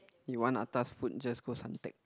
you want atas food just go Suntec